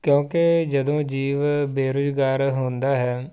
ਕਿਉਂਕਿ ਜਦੋਂ ਜੀਵ ਬੇਰੁਜ਼ਗਾਰ ਹੁੰਦਾ ਹੈ